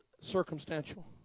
circumstantial